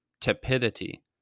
tepidity